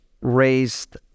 raised